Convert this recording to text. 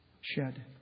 shed